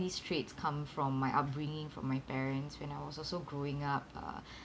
these traits come from my upbringing from my parents when I was also growing up uh